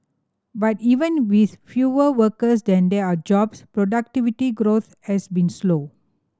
but even with fewer workers than there are jobs productivity growth has been slow